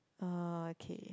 uh okay